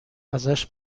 ازش